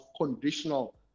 conditional